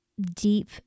deep